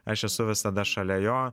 aš esu visada šalia jo